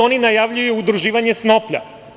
Oni najavljuju udruživanje snoplja.